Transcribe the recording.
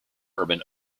urban